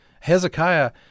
Hezekiah